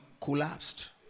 collapsed